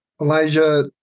Elijah